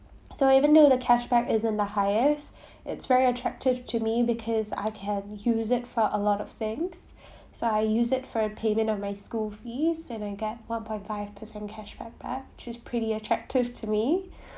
so even though the cashback isn't the highest it's very attractive to me because I can use it for a lot of things so I use it for a payment of my school fees and I get one point five percent cashback which is pretty attractive to me